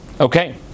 Okay